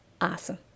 Awesome